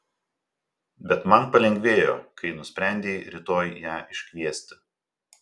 bet man palengvėjo kai nusprendei rytoj ją iškviesti